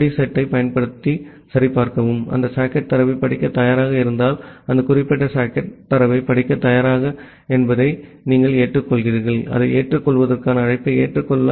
D செட்டைப் பயன்படுத்தி சரிபார்க்கவும் அந்த சாக்கெட் தரவைப் படிக்கத் தயாராக இருந்தால் அந்த குறிப்பிட்ட சாக்கெட் தரவைப் படிக்கத் தயாரா என்பதை நீங்கள் ஏற்றுக்கொள்கிறீர்கள் அதை ஏற்றுக்கொள்வதற்கான அழைப்பை ஏற்றுக்கொள்